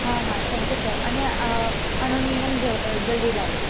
હા હા sir thank you sir અને આનો નિર્ણય જલ્દી લાવજો